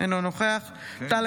אינו נוכח אוהד טל,